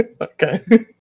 Okay